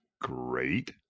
great